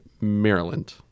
maryland